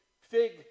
fig